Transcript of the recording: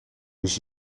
was